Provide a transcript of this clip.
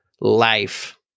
life